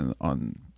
on